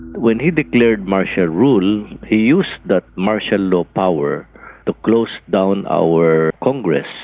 when he declared martial rule, he used that martial law power to close down our congress,